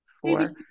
four